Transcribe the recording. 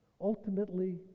Ultimately